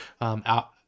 out